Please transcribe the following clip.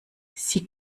sie